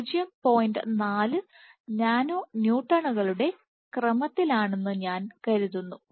4 nano ന്യൂട്ടണുകളുടെ ക്രമത്തിലാണെന്ന് ഞാൻ കരുതുന്നു